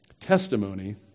testimony